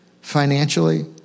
financially